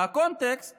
והקונטקסט